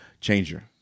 changer